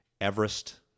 Everest